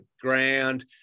ground